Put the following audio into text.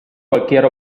cualquier